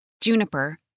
Juniper